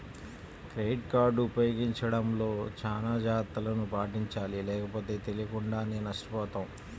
credit card ఉపయోగించడంలో చానా జాగర్తలను పాటించాలి లేకపోతే తెలియకుండానే నష్టపోతాం